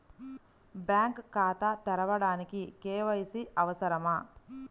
Bank ఖాతా తెరవడానికి KYC అవసరమా?